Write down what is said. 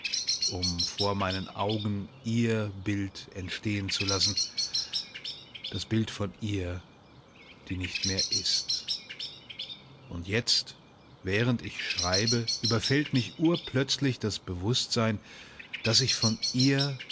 um vor meinen augen ihr bild erstehen zu lassen das bild von ihr die nicht mehr ist und jetzt während ich schreibe überfällt mich urplötzlich das bewußtsein daß ich von ihr